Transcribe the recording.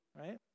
right